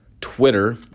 Twitter